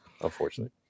Unfortunately